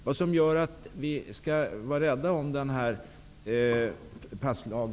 Vi skall dock vara rädda om vår passlag.